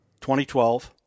2012